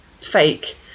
fake